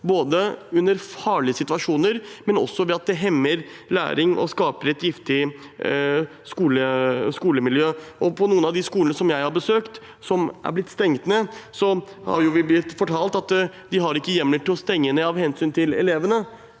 både gjennom farlige situasjoner og ved at det hemmer læring og skaper et giftig skolemiljø. På noen av de skolene jeg har besøkt som er blitt stengt ned, er vi blitt fortalt at de ikke har hjemmel til å stenge ned av hensyn til elevene.